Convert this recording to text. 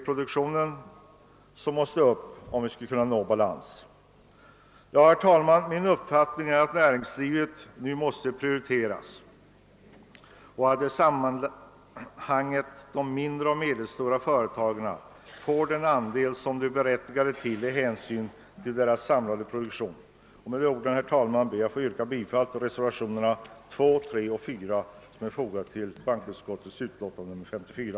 Produktionen måste nämligen öka om vi skall kunna nå balans. Herr talman! Min uppfattning är att näringslivet nu måste prioriteras, varvid de mindre och medelstora företagen bör få den andel som de är berättigade till med hänsyn till sin samlade produktion. Med dessa ord, herr talman, ber jag att få yrka bifall till reservationerna 2, 3 och 4 vid bankoutskottets utlåtande nr 54.